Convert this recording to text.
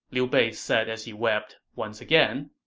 liu bei said as he wept, once again.